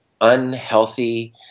unhealthy